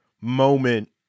moment